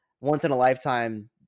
once-in-a-lifetime